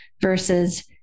versus